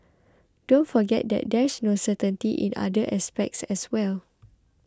don't forget that there's no certainty in other aspects as well